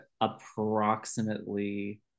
approximately